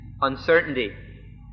uncertainty